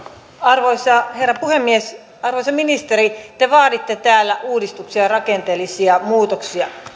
arvoisa herra puhemies arvoisa ministeri te vaaditte täällä uudistuksia ja rakenteellisia muutoksia